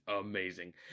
amazing